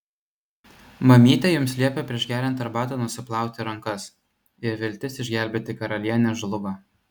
mamytė jums liepė prieš geriant arbatą nusiplauti rankas ir viltis išgelbėti karalienę žlugo